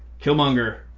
Killmonger